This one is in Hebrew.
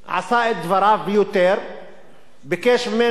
ביקש ממנו: תכה את הפלסטינים חמש פעמים,